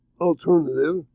alternative